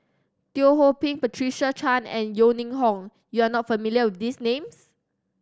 Teo Ho Pin Patricia Chan and Yeo Ning Hong you are not familiar with these names